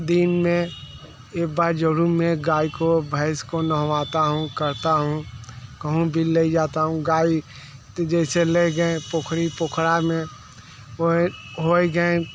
दिन में एक बार ज़रूर मैं गाय को भैंस को नहलाता हूँ करता हूँ कहीं भी ले जाता हूँ गाय जैसे ले गए पोखड़ी पोखड़ा में हो हो गए